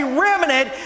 remnant